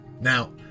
Now